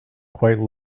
quite